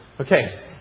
Okay